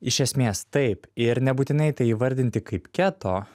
iš esmės taip ir nebūtinai tai įvardinti kaip keto